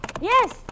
Yes